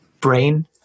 brain